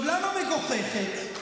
למה מגוחכת?